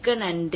மிக்க நன்றி